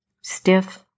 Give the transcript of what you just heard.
Stiff